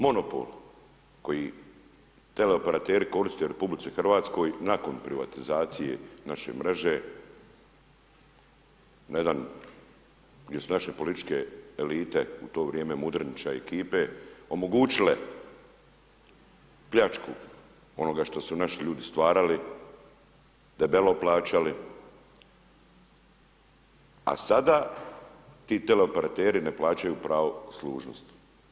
Monopol, koji teleoperateri koriste u RH nakon privatizacije naše mreže, na jedan gdje su naše političke elite u to vrijeme Mudrenića i ekipe omogućile pljačku onoga što su naši ljudi stvarali, debelo plaćali, a sada ti teleoperateri ne plaćaju pravo uslužnosti.